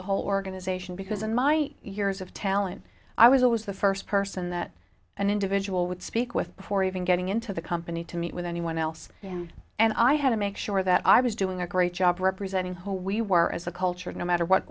the whole organization because in my years of talent i was always the first person that an individual would speak with before even getting into the company to meet with anyone else and i had to make sure that i was doing a great job representing who we were as a culture no matter what